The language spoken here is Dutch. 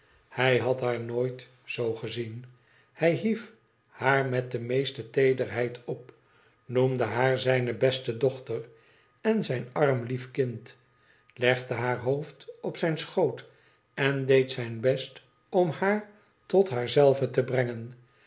hij had haar nooit zoo gezien hij hief haar met de meeste teederheid op noemde haar zijne beste dochter en zijn arm lief kind legde haar hodfd opzijn schoot en deed zijn best om haar tot haar zelve te brengen